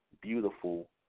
beautiful